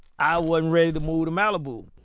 i wasn't ready to move to malibu.